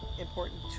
important